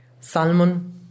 salmon